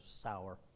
sour